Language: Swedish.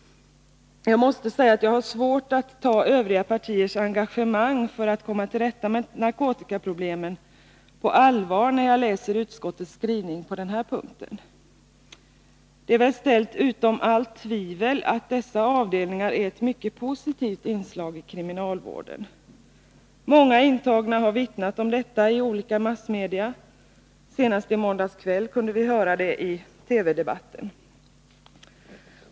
Jag har svårt att ta övriga partiers engagemang för att komma till rätta med narkotikaproblemen på allvar när jag läser utskottets skrivning på denna punkt. Det är väl ställt utom allt tvivel att dessa avdelningar är ett mycket positivt inslag i kriminalvården. Många intagna har vittnat om detta i olika massmedia, senast i måndags kväll kunde vi höra det i TV-debatten.